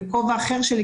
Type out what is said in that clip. בכובע אחר שלי,